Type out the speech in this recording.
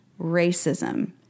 racism